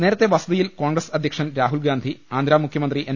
നേരത്തെ വസതിയിൽ കോൺഗ്രസ് അധ്യക്ഷൻ രാഹുൽ ഗാന്ധി ആന്ധ്ര മുഖ്യമന്ത്രി എൻ